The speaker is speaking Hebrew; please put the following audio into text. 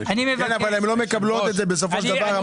כן, אבל הן לא מקבלות את זה בסופו של דבר.